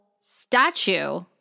statue